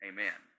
Amen